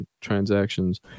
transactions